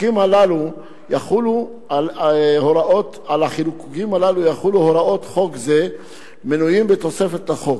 החיקוקים שעליהם יחולו הוראות חוק זה מנויים בתוספת לחוק.